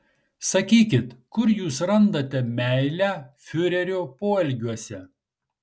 sakykit kur jūs randate meilę fiurerio poelgiuose